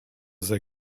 they